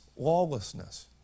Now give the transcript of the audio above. lawlessness